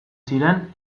ziren